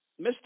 Mr